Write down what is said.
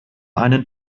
einen